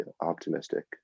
optimistic